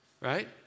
right